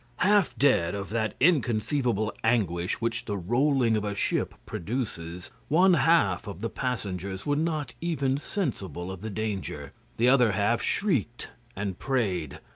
half dead of that inconceivable anguish which the rolling of a ship produces, one-half of the passengers were not even sensible of the danger. the other half shrieked and prayed.